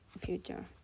future